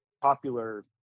popular